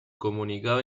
comunicado